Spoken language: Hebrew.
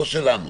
לא שלנו.